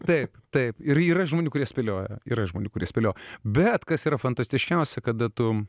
taip taip ir yra žmonių kurie spėlioja yra žmonių kurie spėlio bet kas yra fantastiškiausia kada tu